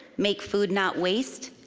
make food not waste,